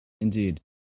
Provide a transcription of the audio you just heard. Indeed